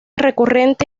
recurrente